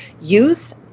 youth